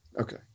Okay